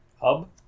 Hub